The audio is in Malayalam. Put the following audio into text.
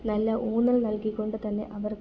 നല്ല ഊന്നൽ നൽകിക്കൊണ്ട് തന്നെ അവർക്ക്